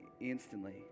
instantly